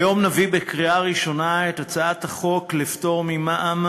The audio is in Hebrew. היום נביא לקריאה ראשונה את הצעת החוק לפטור ממע"מ